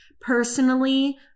personally